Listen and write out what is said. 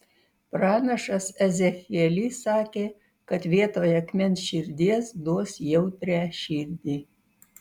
pranašas ezechielis sakė kad vietoj akmens širdies duos jautrią širdį